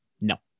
No